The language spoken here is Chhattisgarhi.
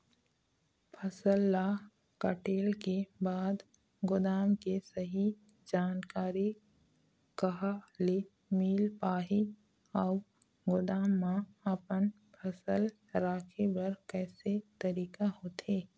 फसल ला कटेल के बाद गोदाम के सही जानकारी कहा ले मील पाही अउ गोदाम मा अपन फसल रखे बर कैसे तरीका होथे?